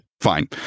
fine